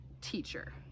teacher